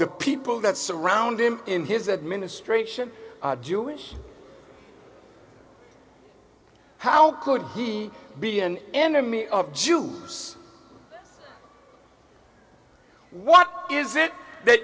the people that surround him in his administration jewish how could he be an enemy of jews what is it that